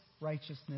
righteousness